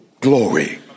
glory